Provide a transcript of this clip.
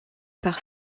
par